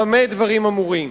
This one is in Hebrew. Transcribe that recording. במה הדברים אמורים.